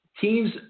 teams